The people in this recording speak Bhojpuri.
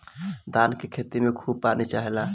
धान के खेत में खूब पानी चाहेला